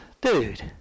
Dude